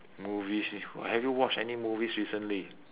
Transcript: movies oh have you watch any movies recently